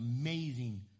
amazing